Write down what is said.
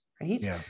right